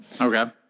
okay